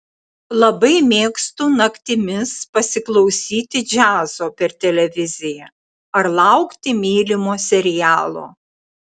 labai mėgstu naktimis pasiklausyti džiazo per televiziją ar laukti mylimo serialo